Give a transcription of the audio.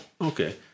Okay